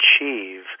achieve